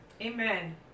Amen